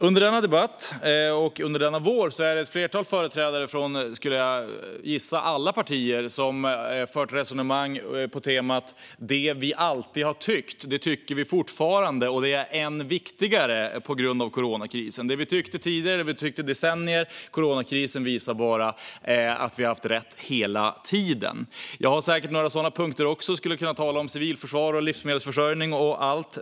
Under denna debatt och denna vår har ett flertal företrädare från, gissar jag, alla partier fört resonemang på temat: Det vi alltid har tyckt tycker vi fortfarande, och det är än viktigare på grund av coronakrisen. Vi har tyckt det i decennier. Coronakrisen visar bara att vi har haft rätt hela tiden. Jag har också några sådana punkter och skulle kunna tala om civilförsvar, livsmedelsförsörjning och annat.